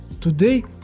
Today